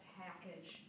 package